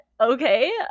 Okay